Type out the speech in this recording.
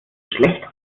schlecht